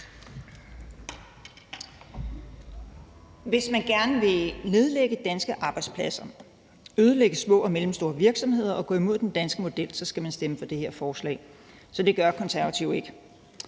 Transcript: Hvis man gerne vil nedlægge danske arbejdspladser, ødelægge små og mellemstore virksomheder og gå imod den danske model, skal man stemme for det her forslag. Så det gør Konservative ikke.